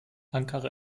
ankara